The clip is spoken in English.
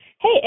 hey